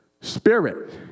Spirit